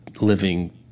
living